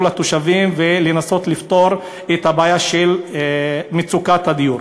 לתושבים ולנסות לפתור את מצוקת הדיור,